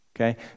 Okay